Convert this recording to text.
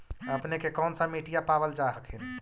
अपने के कौन सा मिट्टीया पाबल जा हखिन?